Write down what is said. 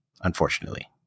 unfortunately